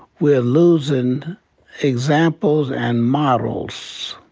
were losing examples and models.